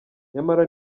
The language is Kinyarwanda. nyamara